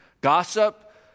gossip